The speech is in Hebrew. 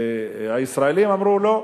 הישראלים אמרו: לא,